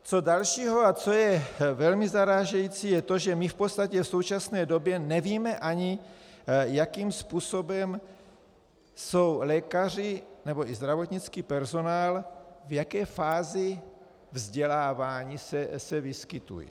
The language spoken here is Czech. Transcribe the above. Co dalšího, a co je velmi zarážející, je to, že my v podstatě v současné době ani nevíme, jakým způsobem jsou lékaři nebo i zdravotnický personál v jaké fázi vzdělávání se vyskytují.